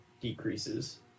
decreases